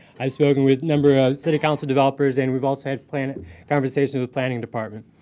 i've spoken with number of city council developers, and we've also had plan conversations with planning department.